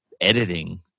editing